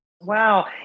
Wow